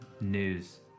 News